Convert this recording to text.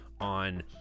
on